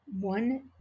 one